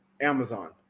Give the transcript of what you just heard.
Amazon